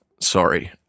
Sorry